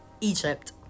Egypt